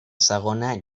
segona